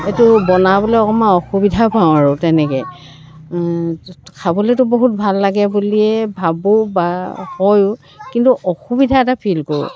এইটো বনাবলৈ অকণমান অসুবিধা পাওঁ আৰু তেনেকৈ খাবলৈতো বহুত ভাল লাগে বুলিয়ে ভাবোঁ বা হয়ো কিন্তু অসুবিধা এটা ফিল কৰোঁ